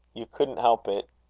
you couldn't help it.